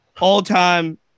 all-time